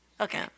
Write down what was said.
Okay